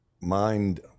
mind